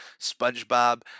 SpongeBob